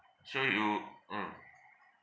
so you um